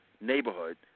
neighborhood